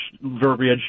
verbiage